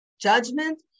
judgment